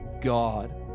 God